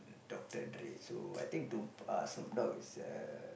Doctor-Dre so I think Tup~ uh Snoop-Dogg is a